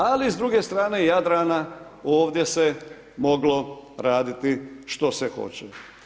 Ali s druge strane Jadrana ovdje se moglo raditi što se hoće.